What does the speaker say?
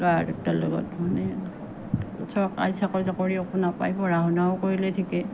ল'ৰা দুটাৰ লগত মানে চৰকাৰী চাকৰি তাকৰিও একো নাপায় পঢ়া শুনাও কৰিলে ঠিকে